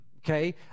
Okay